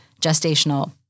gestational